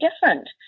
different